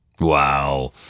Wow